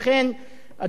אדוני היושב-ראש,